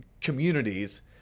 communities